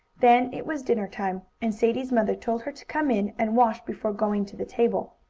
then it was dinner time, and sadie's mother told her to come in and wash before going to the table.